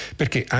perché